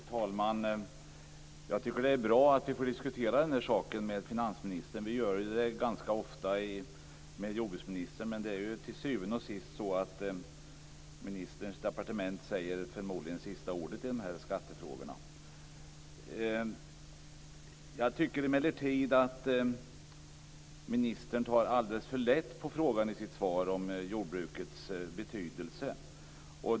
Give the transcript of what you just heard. Fru talman! Jag tycker att det är bra att vi får diskutera den här saken med finansministern. Vi diskuterar ju ganska ofta med jordbruksministern men till syvende och sist är det väl finansministerns departement som har sista ordet i de här skattefrågorna. Jag tycker emellertid att ministern i sitt svar tar alldeles för lätt på frågan om jordbrukets betydelse.